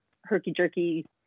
herky-jerky